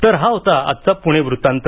तर हा होता आजचा पुणे वृत्तांत